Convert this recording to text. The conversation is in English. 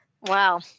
Wow